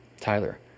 Tyler